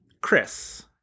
Chris